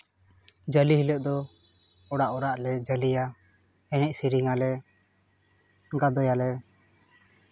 ᱡᱟᱞᱮ ᱦᱤᱞᱳᱜ ᱫᱚ ᱚᱲᱟᱜ ᱚᱲᱟᱜ ᱞᱮ ᱡᱟᱞᱮᱭᱟ ᱮᱱᱮᱡ ᱥᱮᱨᱮᱧ ᱟᱞᱮ ᱜᱟᱫᱚᱭ ᱟᱞᱮ